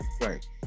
right